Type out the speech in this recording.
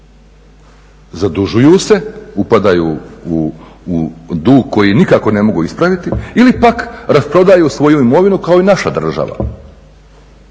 Zadužuju se, upadaju u dug koji nikako ne mogu ispraviti ili pak rasprodaju svoju imovinu kao i naša država.